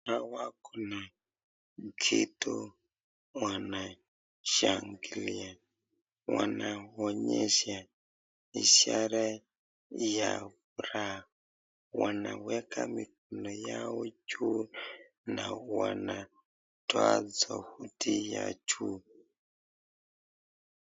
Hawa kuna kitu wanashangilia. Wanaonyesha ishara ya furaha. Wanaweka mikono yao juu na wanatoa sauti ya juu.